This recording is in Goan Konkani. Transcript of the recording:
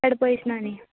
चड पयस ना न्ही